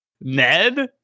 Ned